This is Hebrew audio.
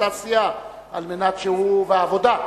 התעשייה והעבודה,